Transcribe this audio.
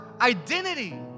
identity